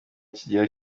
kigero